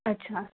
अच्छा